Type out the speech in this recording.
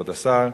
כבוד השר,